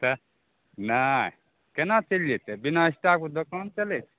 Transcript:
तऽ नहि केना चलि जेतै बिना स्टाफके दोकान चलै छै